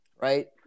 right